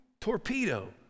torpedo